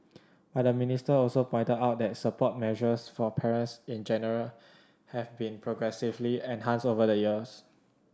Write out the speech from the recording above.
but the minister also pointed out that support measures for parents in general have been progressively enhanced over the years